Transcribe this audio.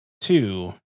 Two